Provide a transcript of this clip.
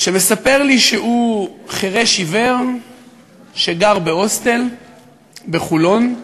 שמספר לי שהוא חירש-עיוור שגר בהוסטל בחולון,